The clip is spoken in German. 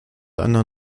einer